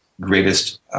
greatest